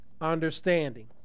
understanding